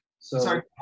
Sorry